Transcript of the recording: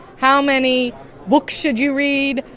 how many books should you read?